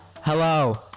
Hello